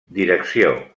direcció